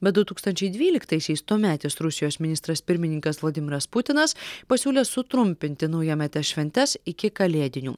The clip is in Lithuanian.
bet du tūkstančiai dvyliktaisiais tuometis rusijos ministras pirmininkas vladimiras putinas pasiūlė sutrumpinti naujametes šventes iki kalėdinių